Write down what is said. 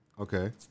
Okay